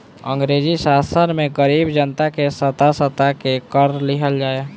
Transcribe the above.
अंग्रेजी शासन में गरीब जनता के सता सता के कर लिहल जाए